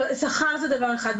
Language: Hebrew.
שכר זה דבר אחד.